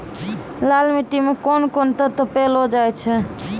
लाल मिट्टी मे कोंन कोंन तत्व पैलो जाय छै?